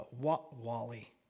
Wally